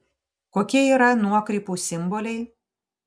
kokie yra nuokrypų simboliai